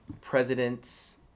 President's